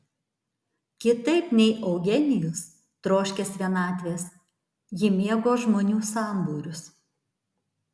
kitaip nei eugenijus troškęs vienatvės ji mėgo žmonių sambūrius